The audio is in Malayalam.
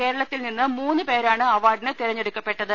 കേരളത്തിൽ നിന്ന് മൂന്നുപേരാണ് അവാർഡിന് തെരഞ്ഞെടുക്കപ്പെട്ടത്